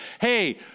hey